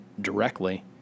directly